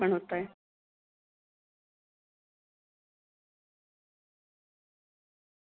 हां हां माझे आता थोडं पाचसहा दिवस कॉलेज आहे नंतर मग आपण चाललो जाऊ ना चिकलदऱ्याला